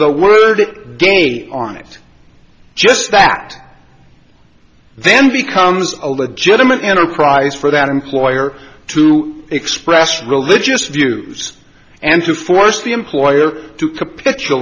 the word game on it just that then becomes a legitimate enterprise for that employer to express religious views and to force the employer to capitu